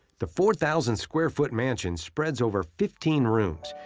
the four thousand square-foot mansion spreads over fifteen rooms,